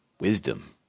Wisdom